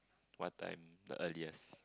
what time the earliest